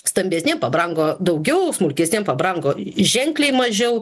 stambesniem pabrango daugiau smulkesniem pabrango ženkliai mažiau